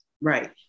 right